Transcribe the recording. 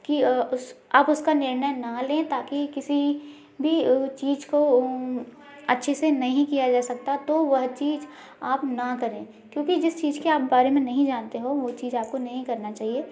कि उस आप उसका निर्णय ना लें ताकि किसी भी चीज को अच्छे से नहीं किया जा सकता तो वह चीज आप ना करें क्योंकि जिस चीज के आप बारे में नहीं जानते हो वह चीज आपको नहीं करना चाहिए